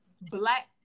black